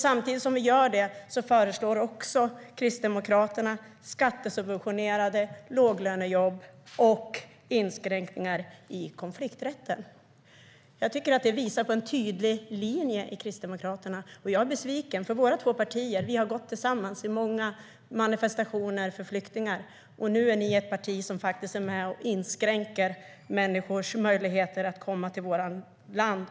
Samtidigt som vi konstaterar detta föreslår Kristdemokraterna också skattesubventionerade låglönejobb och inskränkningar i konflikträtten. Jag tycker att detta visar på en tydlig linje från Kristdemokraterna, och jag är besviken. Våra två partier har gått tillsammans i många manifestationer för flyktingar, och nu är ni ett parti som faktiskt är med och inskränker människors möjligheter att komma till vårt land.